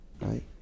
right